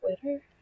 Twitter